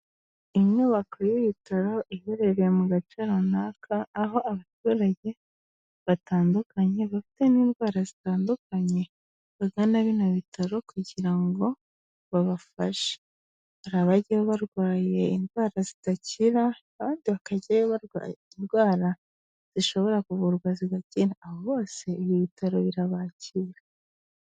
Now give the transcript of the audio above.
Inyubako y'ibitaro iherereye mu gace runaka, aho abaturage batandukanye bafite n'indwara zitandukanye bagana bino bitaro kugira ngo babafashe. Hari abajyayo barwaye indwara zidakira, abandi bakajyayo barwaye indwara zishobora kuvurwa zigakira. Abo bose ibi bitaro birabakira.